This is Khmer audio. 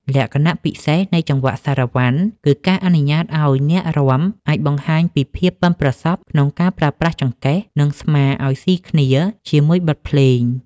លក្ខណៈពិសេសនៃចង្វាក់សារ៉ាវ៉ាន់ គឺការអនុញ្ញាតឱ្យអ្នករាំអាចបង្ហាញពីភាពប៉ិនប្រសប់ក្នុងការប្រើប្រាស់ចង្កេះ និងស្មាឱ្យស៊ីគ្នាជាមួយបទភ្លេង។